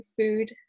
food